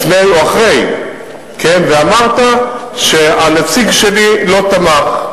לפני או אחרי, ואמרת שהנציג שלי לא תמך.